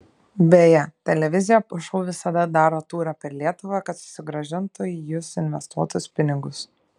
beje televizija po šou visada daro turą per lietuvą kad susigrąžintų į jus investuotus pinigus